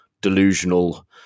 delusional